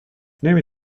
نمی